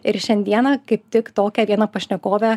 ir šiandieną kaip tik tokią vieną pašnekovę